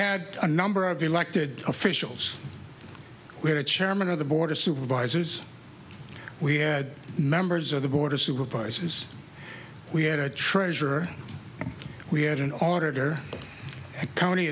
had a number of elected officials where the chairman of the board of supervisors we had members of the board of supervisors we had a treasure we had an auditor county